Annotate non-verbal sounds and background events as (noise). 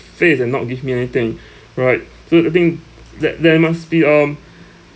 face and not give me anything (breath) right so I think that there must be um (breath)